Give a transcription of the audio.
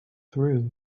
through